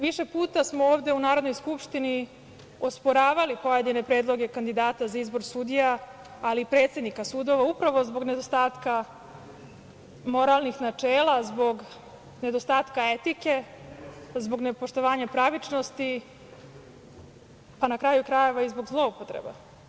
Više puta smo ovde u Narodnoj skupštini osporavali pojedine predloge kandidata za izbor sudija, ali i predsednika sudova, upravo zbog nedostatka moralnih načela, zbog nedostatka etike, zbog nepoštovanja pravičnosti, pa na kraju krajeva i zbog zloupotreba.